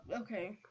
okay